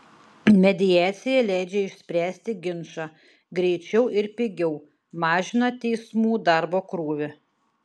mediacija leidžia išspręsti ginčą greičiau ir pigiau mažina teismų darbo krūvį